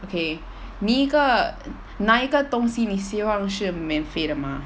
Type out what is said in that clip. okay 你一个哪一个东西你希望是免费的吗